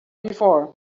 before